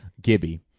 Gibby